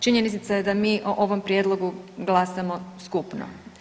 Činjenica je da mi o ovom prijedlogu glasamo skupno.